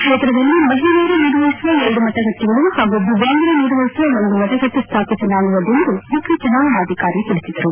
ಕ್ಷೇತ್ರದಲ್ಲಿ ಮಹಿಳೆಯರೇ ನಿರ್ವಹಿಸುವ ಎರಡು ಮತಗಟ್ಟೆಗಳು ಹಾಗೂ ದಿವ್ಯಾಂಗರೇ ನಿರ್ವಹಿಸುವ ಒಂದು ಮತಗಟ್ಟೆ ಸ್ವಾಪಿಸಲಾಗುವುದು ಎಂದು ಮುಖ್ಯ ಚುನಾವಣಾಧಿಕಾರಿ ತಿಳಿಸಿದರು